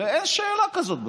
הרי אין שאלה כזאת בכלל.